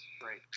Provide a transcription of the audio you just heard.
Great